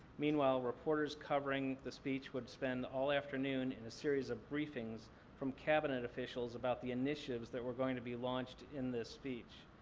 meanwhile, reporters covering the speech would spend all afternoon in a series of briefings from cabinet officials about the initiatives that were going to be launched in this speech.